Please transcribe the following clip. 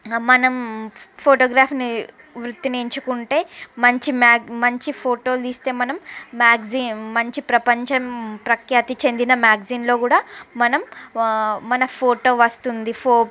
మనం ఫోటోగ్రఫీని వృత్తిని ఎంచుకుంటే మంచి మ్యాగ్ మంచి ఫోటోలు తీస్తే మనం మ్యాగ్జీన్ మంచి ప్రపంచం ప్రఖ్యాతి చెందిన మ్యాగ్జీన్లో కూడా మనం మన ఫోటో వస్తుంది